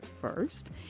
first